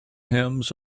hymns